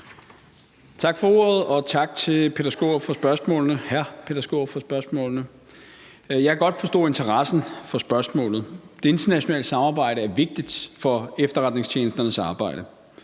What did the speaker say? Tak for ordet, og tak til hr. Peter Skaarup for spørgsmålet. Jeg kan godt forstå interessen for spørgsmålet. Det internationale samarbejde er vigtigt for efterretningstjenesternes arbejde.